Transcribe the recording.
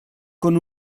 con